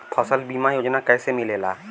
फसल बीमा योजना कैसे मिलेला?